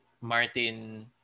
Martin